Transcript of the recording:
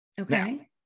Okay